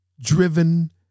driven